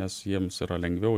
nes jiems yra lengviau